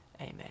amen